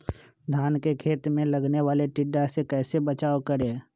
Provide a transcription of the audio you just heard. धान के खेत मे लगने वाले टिड्डा से कैसे बचाओ करें?